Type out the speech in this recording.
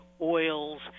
oils